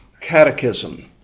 catechism